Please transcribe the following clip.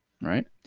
Right